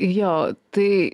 jo tai